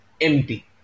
empty